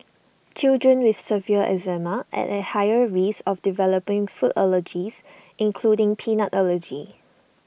children with severe eczema are at higher risk of developing food allergies including peanut allergy